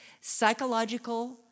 psychological